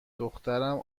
دخترم